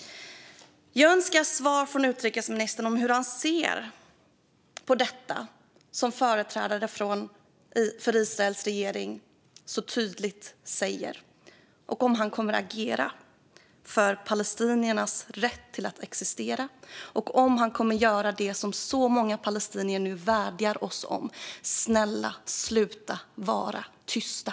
Jag önskar svar från utrikesministern om hur han ser på detta som företrädare för Israels regering tydligt säger och om han kommer att agera för palestiniernas rätt att existera. Kommer han att göra det som så många palestinier vädjar till oss om, att sluta vara tysta?